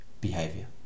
behavior